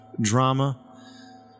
drama